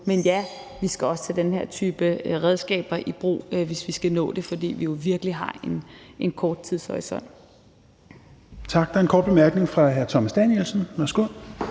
Men ja, vi skal også tage den her type redskaber i brug, hvis vi skal nå det, fordi vi jo virkelig har en kort tidshorisont. Kl. 16:25 Fjerde næstformand (Rasmus Helveg